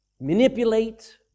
manipulate